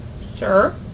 Sir